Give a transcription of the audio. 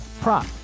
prop